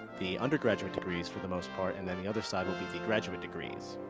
the undergraduate degrees for the most part, and then the other side will be the graduate degrees.